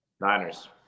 Niners